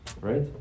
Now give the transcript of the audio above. Right